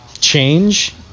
change